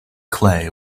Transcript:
clay